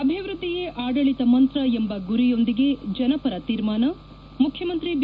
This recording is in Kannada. ಅಭಿವೃದ್ದಿಯೇ ಆಡಳಿತ ಮಂತ್ರ ಎಂಬ ಗುರಿಯೊಂದಿಗೆ ಜನಪರ ತೀರ್ಮಾನ ಮುಖ್ಯಮಂತ್ರಿ ಬಿ